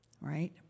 right